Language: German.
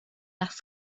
nach